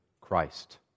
Christ